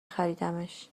خریدمش